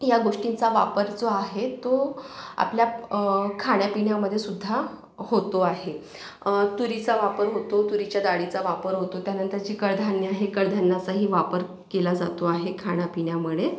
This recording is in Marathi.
या गोष्टींचा वापर जो आहे तो आपल्या खाण्यापिण्यामध्ये सुद्धा होतो आहे तुरीचा वापर होतो तुरीच्या डाळीचा वापर होतो त्यानंतर जी कडधान्य आहे कडधान्याचाही वापर केला जातो आहे खाणापिण्यामध्ये